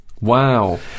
wow